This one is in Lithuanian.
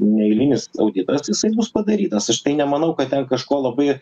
neeilinis auditas jisai bus padarytas aš tai nemanau kad ten kažko labai